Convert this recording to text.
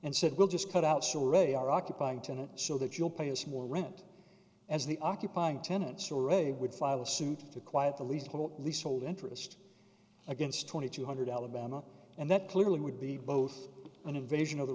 and said we'll just cut out she already are occupying to show that you'll pay us more rent as the occupying tenants already would file suit to quiet the least little leasehold interest against twenty two hundred alabama and that clearly would be both an invasion of the